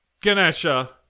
Ganesha